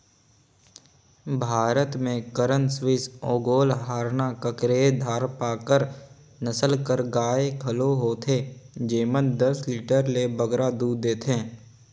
भारत में करन स्विस, ओंगोल, हराना, केकरेज, धारपारकर नसल कर गाय घलो होथे जेमन दस लीटर ले बगरा दूद देथे